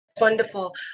Wonderful